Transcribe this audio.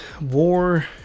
war